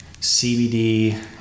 cbd